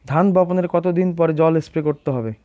ধান বপনের কতদিন পরে জল স্প্রে করতে হবে?